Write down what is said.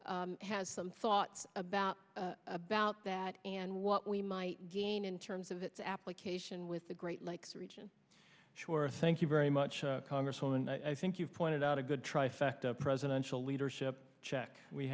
a has some thoughts about about that and what we might gain in terms of its application with the great lakes region sure thank you very much congresswoman i think you pointed out a good trifecta presidential leadership check we